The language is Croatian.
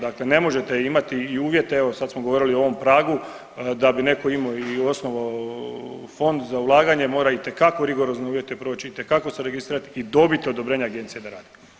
Dakle, ne možete imati i uvjete, evo sad smo govorili o ovom pragu da bi neko imao i osnovao fond za ulaganje mora itekako rigorozne uvjete proć, itekako se registrirat i dobit odobrenje agencije da radi.